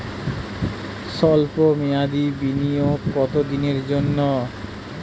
সল্প মেয়াদি বিনিয়োগ কত দিনের জন্য?